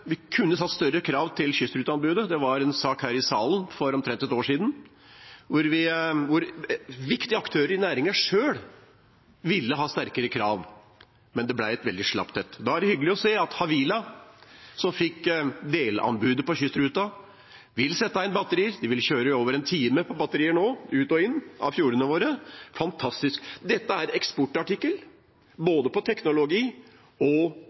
vi kunne stilt større krav til kystruteanbudet. Det var en sak her i salen for omtrent et år siden der viktige aktører i næringen selv ville ha sterkere krav, men det ble et veldig slapt et. Da er det hyggelig å se at Havila, som fikk delanbudet på kystruten, vil sette inn batterier. De vil kjøre over en time på batterier nå, ut og inn av fjordene våre. Fantastisk! Dette er en eksportartikkel, både når det gjelder teknologi, og